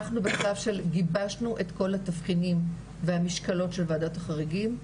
אנחנו בשלב של גיבשנו את כל התבחינים והמשקלות של וועדות החריגים,